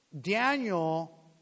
Daniel